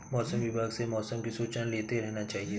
मौसम विभाग से मौसम की सूचना लेते रहना चाहिये?